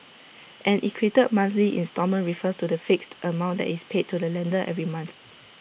an equated monthly instalment refers to the fixed amount that is paid to the lender every month